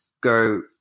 go